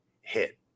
hit